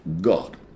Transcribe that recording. God